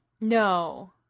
No